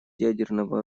ядерного